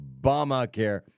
Obamacare